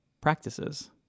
practices